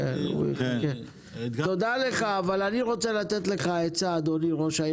תראו מה קרה